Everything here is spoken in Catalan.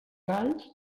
alls